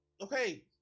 okay